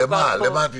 למה את מתנגדת?